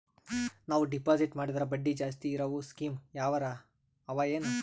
ನಾವು ಡೆಪಾಜಿಟ್ ಮಾಡಿದರ ಬಡ್ಡಿ ಜಾಸ್ತಿ ಇರವು ಸ್ಕೀಮ ಯಾವಾರ ಅವ ಏನ?